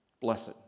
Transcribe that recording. blessed